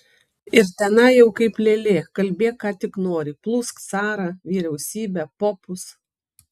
ir tenai jau kaip lėlė kalbėk ką tik nori plūsk carą vyriausybę popus